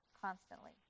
constantly